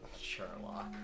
Sherlock